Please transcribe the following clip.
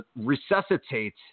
resuscitate